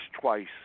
twice